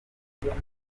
yemeye